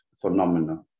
phenomena